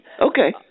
Okay